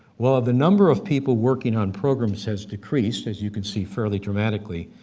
well the number of people working on programs has decreased, as you can see fairly dramatically,